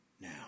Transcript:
now